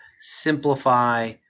simplify